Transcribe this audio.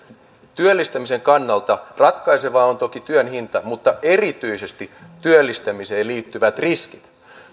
työllistämisen kannalta ratkaisevaa on toki työn hinta mutta erityisesti työllistämiseen liittyvät riskit